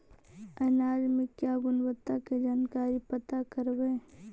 अनाज मे क्या गुणवत्ता के जानकारी पता करबाय?